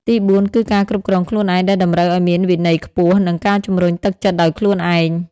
ទីបួន គឺ ការគ្រប់គ្រងខ្លួនឯង ដែលតម្រូវឱ្យមានវិន័យខ្ពស់ និងការជំរុញទឹកចិត្តដោយខ្លួនឯង។